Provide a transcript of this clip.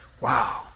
Wow